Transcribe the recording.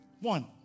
One